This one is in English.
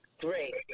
Great